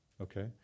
Okay